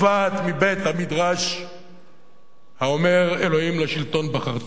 מבית-המדרש האומר "אלוהים לשלטון בחרתנו".